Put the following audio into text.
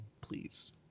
please